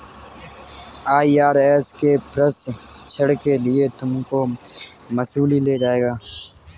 IRS के प्रशिक्षण के लिए तुमको मसूरी ले जाया जाएगा